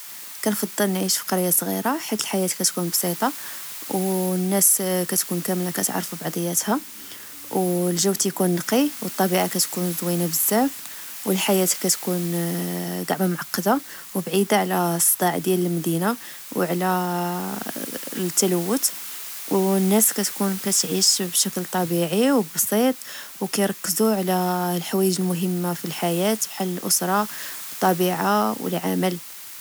كنفضل نعيش فقرية صغيرة حيت الحياة كتكون بسيطة. و الناس كتكون كاملا كتعرف بعضياتها، والجو تكون نقي، و الطبيعة كتكون زوينة بزاف، والحياة كتكون چعما معقدة، وبعيدة على الصداع ديال المدينة و على التلوت، والناس كتكون كتعيش بشكل طبيعي وبسيط، كيركزوا على الحوايج المهمةفي الحياة بحال الأسرة، والطبيعة، والعمل،.